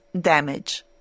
damage